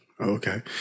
Okay